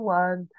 one